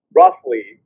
roughly